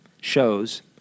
shows